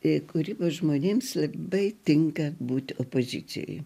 kūrybos žmonėms labai tinka būti opozicijoj